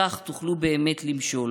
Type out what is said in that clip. וכך תוכלו באמת למשול.